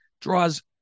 draws